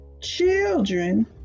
Children